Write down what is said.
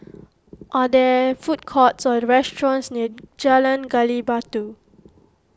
are there food courts or restaurants near Jalan Gali Batu